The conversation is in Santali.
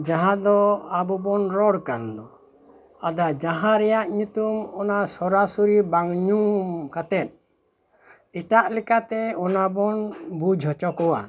ᱡᱟᱦᱟᱸ ᱫᱚ ᱟᱵᱚ ᱵᱚᱱ ᱨᱚᱲ ᱠᱟᱱ ᱫᱚ ᱟᱫᱚ ᱡᱟᱦᱟᱸ ᱨᱮᱭᱟᱜ ᱧᱩᱛᱩᱢ ᱚᱱᱟ ᱥᱚᱨᱟ ᱥᱚᱨᱤ ᱵᱟᱝ ᱧᱩᱢ ᱠᱟᱛᱮᱫ ᱮᱴᱟᱜ ᱞᱮᱠᱟᱛᱮ ᱚᱱᱟ ᱵᱚᱱ ᱵᱩᱡᱽ ᱦᱚᱪᱚ ᱠᱚᱣᱟ